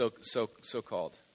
so-called